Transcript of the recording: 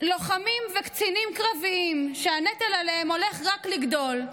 מלוחמים וקצינים קרביים שהנטל עליהם הולך רק לגדול,